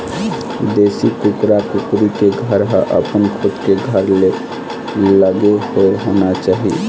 देशी कुकरा कुकरी के घर ह अपन खुद के घर ले लगे हुए होना चाही